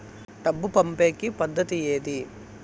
డబ్బు పంపేకి పద్దతి ఏది